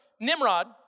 Nimrod